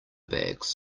bags